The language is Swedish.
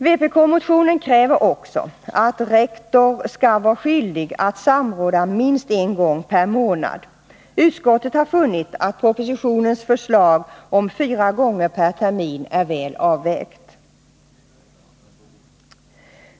61 I vpk-motionen kräver man också att rektor skall vara skyldig att samråda minst en gång per månad. Utskottet har funnit att propositionens förslag om fyra gånger per termin är väl avvägt.